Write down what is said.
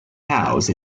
house